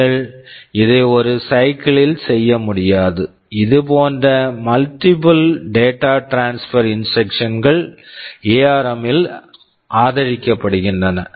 நீங்கள் இதை ஒரு சைக்கிள் cycle ல் செய்ய முடியாது இதுபோன்ற multiple data transfer instructions multiple data transfer instructions கள் எஆர்ம் ARM ல் ஆதரிக்கப்படுகின்றன